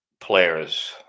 players